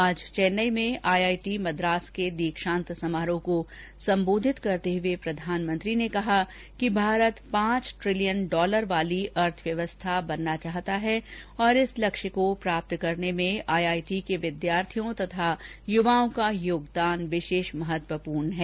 आज चेन्नई में आईआईटी मद्रास के दीक्षान्त समारोह को संबोधित करते हुए प्रधानमंत्री ने कहा कि भारत पांच ट्रिलियन डॉलर वाली अर्थव्यवस्था बनना चाहता है और इस लक्ष्य को प्राप्त करने में आईआईटी के विद्यार्थियों तथा युवाओं का योगदान विशेष महत्वपूर्ण है